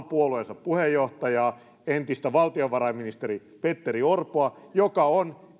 puolueensa puheenjohtajaa entistä valtionvarainministeri petteri orpoa joka on